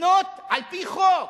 לבנות על-פי חוק.